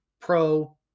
pro